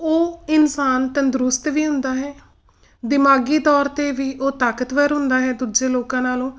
ਉਹ ਇਨਸਾਨ ਤੰਦਰੁਸਤ ਵੀ ਹੁੰਦਾ ਹੈ ਦਿਮਾਗੀ ਤੌਰ 'ਤੇ ਵੀ ਉਹ ਤਾਕਤਵਰ ਹੁੰਦਾ ਹੈ ਦੂਜੇ ਲੋਕਾਂ ਨਾਲੋਂ